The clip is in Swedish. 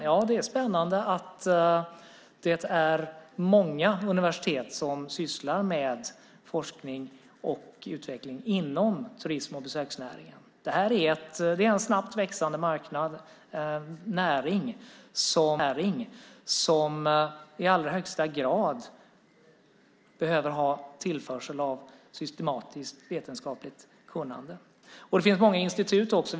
Ja, det är spännande att det är många universitet som sysslar med forskning och utveckling inom turism och besöksnäringen. Det är en snabbt växande marknad, näring, som i allra högsta grad behöver ha tillförsel av systematiskt vetenskapligt kunnande. Det finns många institut också.